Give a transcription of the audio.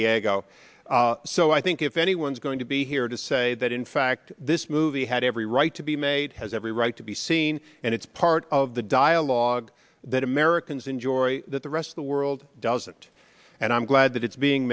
diego so i think if anyone's going to be here to say that in fact this movie had every right to be made has every right to be seen and it's part of the dialogue that americans enjoy that the rest of the world doesn't and i'm glad that it's being